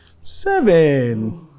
Seven